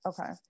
okay